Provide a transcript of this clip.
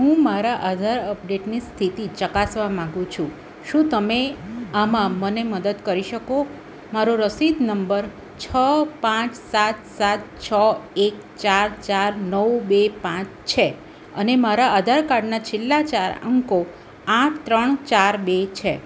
હું મારા આધાર અપડેટની સ્થિતિ ચકાસવા માંગુ છું શું તમે આમાં મને મદદ કરી શકો મારો રસીદ નંબર છ પાંચ સાત સાત છ એક ચાર ચાર નવ બે પાંચ છે અને મારા આધાર કાર્ડના છેલ્લા ચાર અંકો આઠ ત્રણ ચાર બે છે